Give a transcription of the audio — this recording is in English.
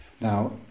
Now